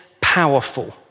powerful